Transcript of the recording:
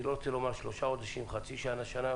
אני לא רוצה לומר שלושה חודשים, חצי שנה, שנה.